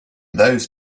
those